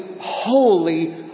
holy